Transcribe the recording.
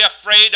afraid